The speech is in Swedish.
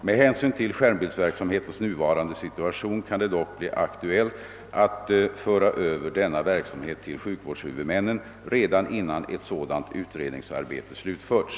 Med hänsyn till skärmbildsverksamhetens nuvarande situation kan det dock bli aktuellt att föra över denna verksamhet till sjukvårdshuvudmännen redan innan ett sådant utredningsarbete slutförts.